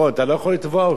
אתה לא יכול לתבוע אותו.